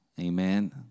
Amen